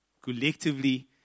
collectively